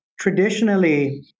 Traditionally